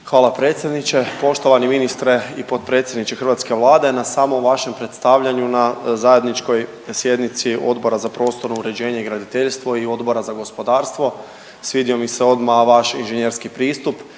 Hvala predsjedniče. Poštovani ministre i potpredsjedniče hrvatske Vlade, na samom vašem predstavljanju na zajedničkoj sjednici Odbora za prostorno uređenje i graditeljstvo i Odbora za gospodarstvo svidio mi se odmah vaš inženjerski pristup